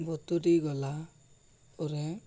ବତୁରି ଗଲା ପରେ